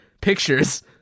pictures